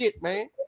man